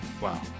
Wow